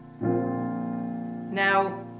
Now